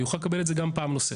הוא יוכל לקבל את זה גם פעם נוספת.